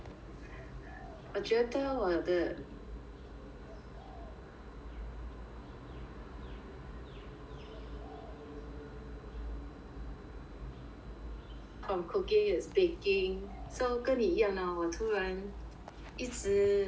我觉得我的每天都 blur into each other there's no start no end and then I'm always cooking all the time err so apart from cooking it's baking so 跟你一样 lor 我突然一直